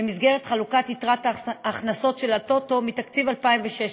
במסגרת חלוקת יתרת ההכנסות של הטוטו מתקציב 2016,